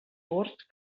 bord